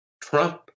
Trump